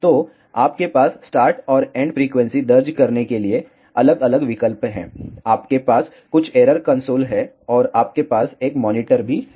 तो आपके पास स्टार्ट और एंड फ्रीक्वेंसी दर्ज करने के लिए अलग अलग विकल्प हैं आपके पास कुछ एरर कंसोल है और आपके पास एक मॉनिटर भी है